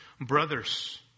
brothers